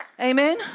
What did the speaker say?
Amen